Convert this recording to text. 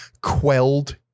quelled